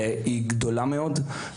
היא גדולה מאוד.